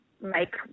make